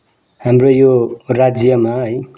हाम्रो यो राज्यमा है